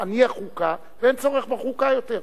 ואין צורך בחוקה יותר.